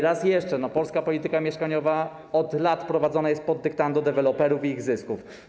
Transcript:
Raz jeszcze: polska polityka mieszkaniowa od lat prowadzona jest pod dyktando deweloperów i ich zysków.